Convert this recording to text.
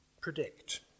predict